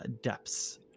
depths